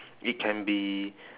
it can be